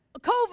COVID